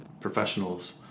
professionals